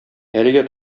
әлегә